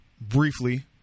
briefly